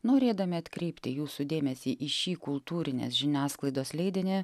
norėdami atkreipti jūsų dėmesį į šį kultūrinės žiniasklaidos leidinį